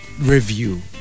review